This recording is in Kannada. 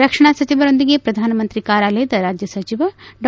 ರಕ್ಷಣಾ ಸಚಿವರೊಂದಿಗೆ ಪ್ರಧಾನಮಂತ್ರಿ ಕಾರ್ಯಾಲಯದ ರಾಜ್ಯ ಸಚಿವ ಡಾ